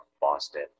Boston